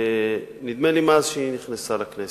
נדמה לי מאז נכנסה לכנסת.